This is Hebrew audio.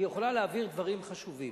היא יכולה להעביר דברים חשובים.